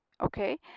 okay